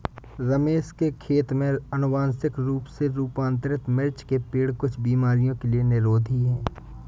रमेश के खेत में अनुवांशिक रूप से रूपांतरित मिर्च के पेड़ कुछ बीमारियों के लिए निरोधी हैं